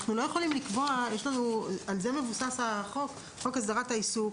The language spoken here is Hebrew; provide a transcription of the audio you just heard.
על זה מבוסס חוק הסדרת העיסוק.